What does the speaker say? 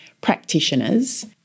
practitioners